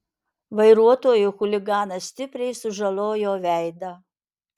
vairuotojui chuliganas stipriai sužalojo veidą